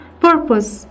purpose